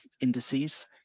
indices